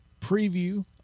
preview